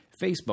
Facebook